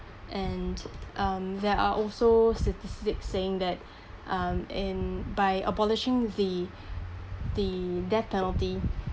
and um there are also statistics saying that um and by abolishing the the death penalty